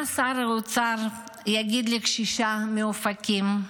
מה שר האוצר יגיד לקשישה מאופקים?